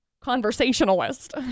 conversationalist